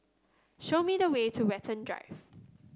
show me the way to Watten Drive